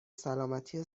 سلامتی